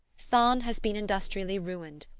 thann has been industrially ruined,